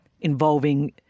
involving